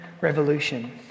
revolution